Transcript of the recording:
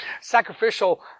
sacrificial